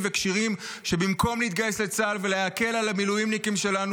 וכשירים שבמקום להתגייס לצה"ל ולהקל על המילואימניקים שלנו,